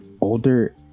older